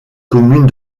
commune